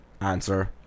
answer